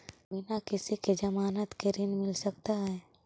बिना किसी के ज़मानत के ऋण मिल सकता है?